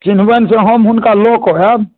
चिन्हबनि से हम हुनका लऽ के आयब